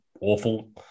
awful